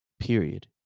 period